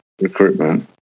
recruitment